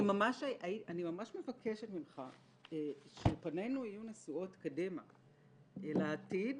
אבל אני ממש מבקשת ממך שפנינו יהיו נשואות קדימה אל העתיד